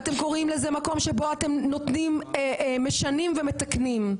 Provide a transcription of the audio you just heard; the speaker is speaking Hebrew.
מקום שבו אתם נותנים, משנים ומתקנים.